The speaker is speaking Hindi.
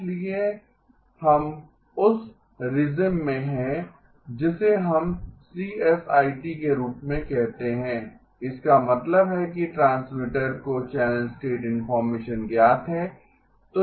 इसलिए हम हम उस रीजिम मे हैं जिसे हम सीएसआईटी के रूप में कहते हैं इसका मतलब है कि ट्रांसमीटर को चैनल स्टेट इन्फॉर्मेशन ज्ञात है